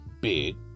big